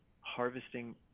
harvesting